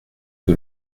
que